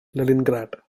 leningrad